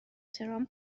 ترامپ